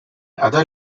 other